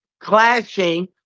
clashing